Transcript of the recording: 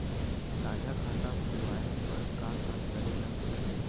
साझा खाता खोलवाये बर का का करे ल पढ़थे?